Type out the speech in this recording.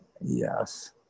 yes